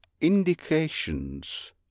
Indications